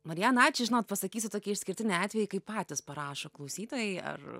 marijana ačiū žinot pasakysiu tokį išskirtinį atvejį kai patys parašo klausytojai ar